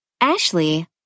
Ashley